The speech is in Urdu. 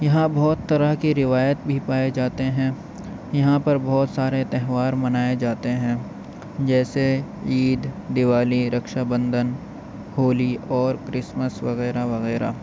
یہاں بہت طرح کے روایت بھی پائے جاتے ہیں یہاں پر بہت سارے تہوار منائے جاتے ہیں جیسے عید دیوالی رکچھا بندھن ہولی اور کرسمس وغیرہ وغیرہ